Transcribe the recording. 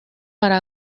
para